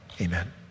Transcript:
amen